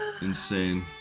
Insane